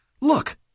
Look